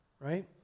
right